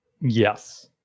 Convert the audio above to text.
Yes